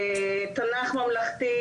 תנ"ך ממלכתי